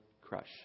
crush